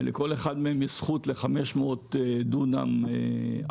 ולכל אחד מהם יש זכות ל-500 דונם אגרו-וולטאי,